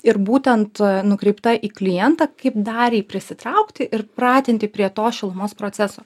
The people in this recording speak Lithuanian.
ir būtent nukreipta į klientą kaip dar jį prisitraukti ir pratinti prie to šilumos proceso